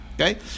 Okay